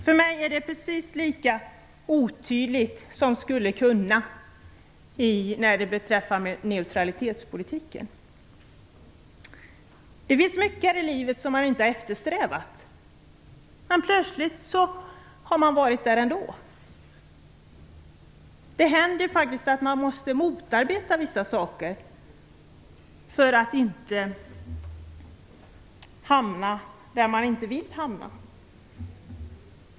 För mig är det precis lika otydligt som "skulle kunna" beträffande neutralitetspolitiken. Det finns mycket här i livet som man inte har eftersträvat, men plötsligt har man varit där ändå. Det händer faktiskt att man måste motarbeta vissa saker för att inte hamna där man inte vill hamna.